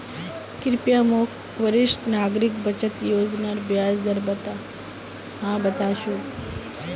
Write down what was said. कृप्या मोक वरिष्ठ नागरिक बचत योज्नार ब्याज दर बता